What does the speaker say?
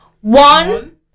One